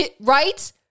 Right